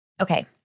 Okay